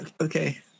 okay